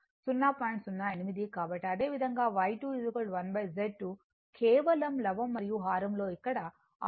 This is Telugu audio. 08 కాబట్టి అదేవిధంగా Y2 1z2 ను కేవలం లవం మరియు హారం లో ఇక్కడ 6 j 8 చే గుణించాలి